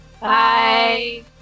Bye